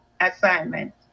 assignment